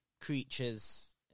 creatures